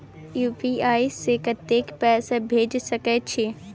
UPI से कत्ते पैसा भेज सके छियै?